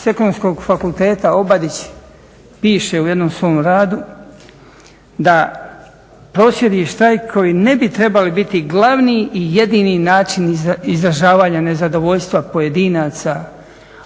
sa Ekonomskog fakulteta Obadić piše u jednom svom radu da prosvjedi, štrajkovi ne bi trebali biti glavni i jedini način izražavanja nezadovoljstva pojedinaca,